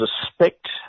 suspect